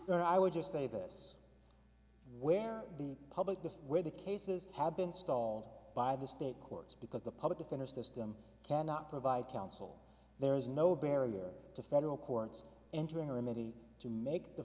there i would just say this where the public just where the cases have been stalled by the state courts because the public defender system cannot provide counsel there is no barrier to federal courts entering limited to make the